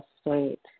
state